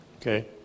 Okay